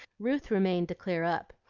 ruth remained to clear up,